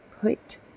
put